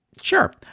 sure